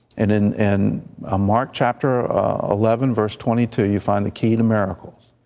and in in ah mark chapter eleven verse twenty two, you find the key to miracles.